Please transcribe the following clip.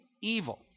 evil